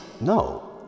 No